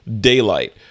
daylight